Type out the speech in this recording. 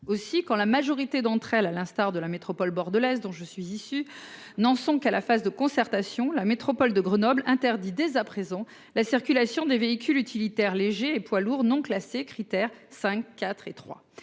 Aussi, quand la majorité d'entre elles, à l'instar de la métropole bordelaise, dont je suis issue, n'en sont qu'à la phase de concertation, la métropole de Grenoble interdit dès à présent la circulation des véhicules utilitaires légers et poids lourds non classés, Crit'Air 5, 4 et 3.